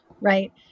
right